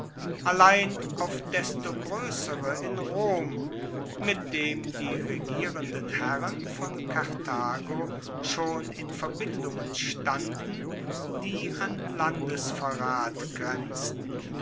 allein auf desto groessere in rom mit dem die regierenden herren von karthago schon in verbindungen standen die an landesverrat grenzten